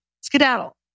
Skedaddle